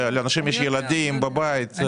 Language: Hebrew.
לאנשים יש ילדים בבית.